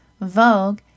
Vogue